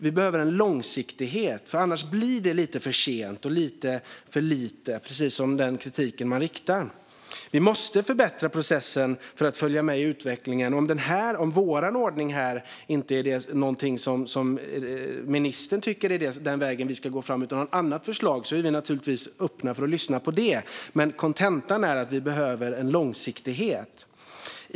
Vi behöver en långsiktighet, för annars blir det lite för sent och lite för lite, precis som sägs i den kritik som riktas. Vi måste förbättra processen för att följa med i utvecklingen. Om ministern inte tycker att den ordning som vi föreslår är den väg som vi ska gå utan har ett annat förslag är vi naturligtvis öppna för att lyssna på det. Men kontentan är att vi behöver en långsiktighet.